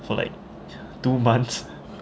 for like two months